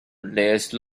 lasted